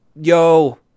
yo